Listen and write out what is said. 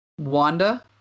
Wanda